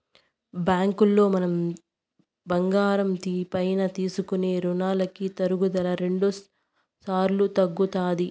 బ్యాంకులో మనం బంగారం పైన తీసుకునే రునాలకి తరుగుదల రెండుసార్లు తగ్గుతాది